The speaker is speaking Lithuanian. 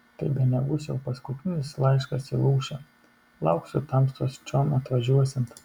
tai bene bus jau paskutinis laiškas į lūšę lauksiu tamstos čion atvažiuosiant